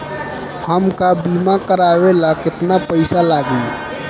हमका बीमा करावे ला केतना पईसा लागी?